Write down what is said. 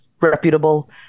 reputable